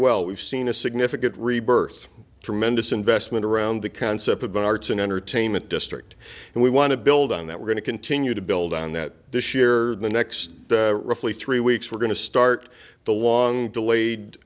well we've seen a significant rebirth tremendous investment around the concept of an arts and entertainment district and we want to build on that we're going to continue to build on that this year the next roughly three weeks we're going to start the long delayed